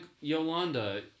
Yolanda